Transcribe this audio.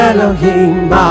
Elohim